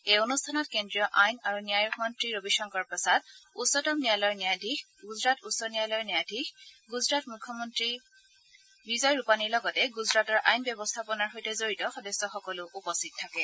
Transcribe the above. এই অনুষ্ঠানত কেন্দ্ৰীয় আইন আৰু ন্যায় মন্ত্ৰী ৰবিশংকৰ প্ৰসাদ উচ্চতম ন্যায়ালয়ৰ ন্যায়াধীশ গুজৰাট উচ্চ ন্যায়ালয়ৰ ন্যায়াধীশগুজৰাটৰ মুখ্যমন্তী বিজয় ৰূপানীৰ লগতে গুজৰাটৰ আইন ব্যৱস্থাপনাৰ সৈতে জড়িত সদস্যসকলো উপস্থিত থাকে